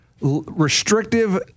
restrictive